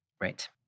Right